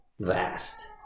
vast